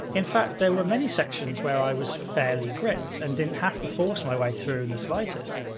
in fact, there were many sections where i was fairly gripped and didn't have to force my way through in the slightest.